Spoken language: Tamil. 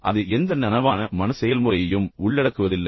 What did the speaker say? பின்னர் அது எந்த நனவான மன செயல்முறையையும் உள்ளடக்குவதில்லை